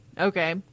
Okay